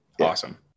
Awesome